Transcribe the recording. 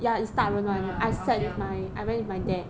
ya and stuck with me like shall I went with my dad